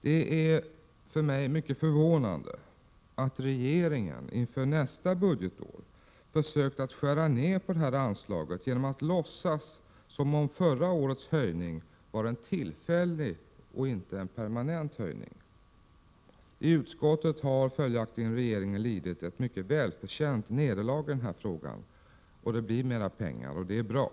Det är för mig mycket förvånande att regeringen inför nästa budgetår har försökt att skära ned på anslaget genom att låtsas som om förra årets höjning var en tillfällig och inte en permanent höjning. I utskottet har regeringen följaktligen lidit ett mycket välförtjänt nederlag i den frågan. Det blir mera pengar, och det är bra.